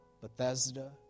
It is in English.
Bethesda